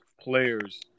players